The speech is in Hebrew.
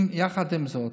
יחד עם זאת,